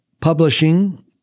publishing